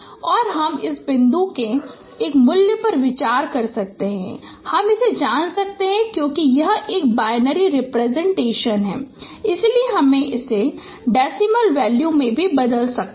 और हम इस बिंदु के एक मूल्य पर भी विचार कर सकते हैं हम इसे जान सकते हैं क्योंकि यह एक बाइनरी रिप्रजेंटेशन है इसलिए हम इसे डेसीमल वैल्यू में भी बदल सकते हैं